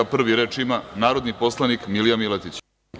Prvi reč ima narodni poslanik Milija Miletić.